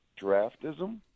draftism